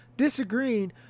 Disagreeing